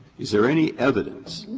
is there any evidence,